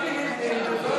ציפי לבני וזוהיר בהלול.